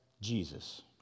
Jesus